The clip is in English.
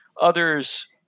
Others –